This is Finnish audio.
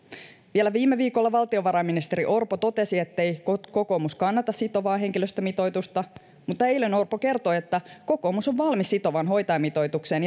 vielä viime viikolla valtiovarainministeri orpo totesi ettei kokoomus kannata sitovaa henkilöstömitoitusta mutta eilen orpo kertoi että kokoomus on valmis sitovaan hoitajamitoitukseen